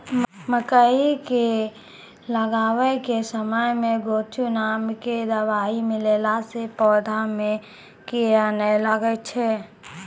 मकई के लगाबै के समय मे गोचु नाम के दवाई मिलैला से पौधा मे कीड़ा नैय लागै छै?